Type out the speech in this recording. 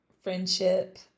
friendship